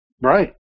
Right